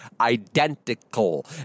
identical